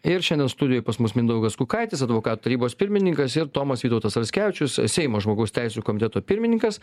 ir šiandien studijoj pas mus mindaugas kukaitis advokatų tarybos pirmininkas ir tomas vytautas raskevičius seimo žmogaus teisių komiteto pirmininkas